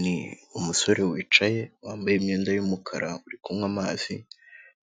Ni umusore wicaye wambaye imyenda y’umukara uri kunywa amazi